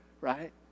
right